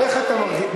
איך אתה מרגיש?